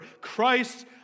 Christ